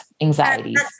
anxieties